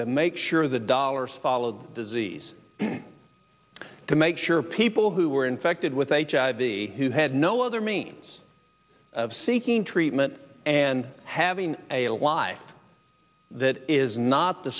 to make sure the dollars follow disease to make sure people who were infected with hiv who had no other means of seeking treatment and having a why that is not the